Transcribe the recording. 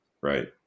Right